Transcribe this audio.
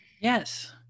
yes